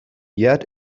yet